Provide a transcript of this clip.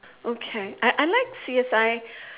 okay I I like C_S_I